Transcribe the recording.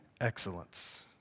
excellence